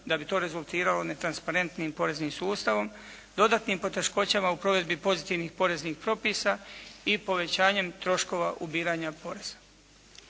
da bi to rezultiralo netransparentnim poreznim sustavom, dodatnim poteškoćama u provedbi pozitivnih poreznih propisa i povećanjem troškova ubiranja poreza.